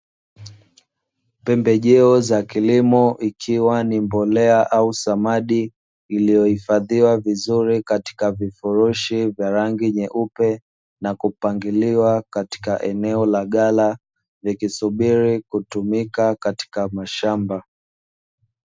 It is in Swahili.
Pembejeo za kilimo ikiwa ni mbolea au samadi iliyohifadhiwa vizuri katika vifurushi vya rangi nyeupe, na kupangiliwa katika eneo la ghala ikisubiri kutumika katika mashamba.